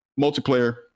Multiplayer